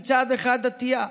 מצד אחד אני דתייה,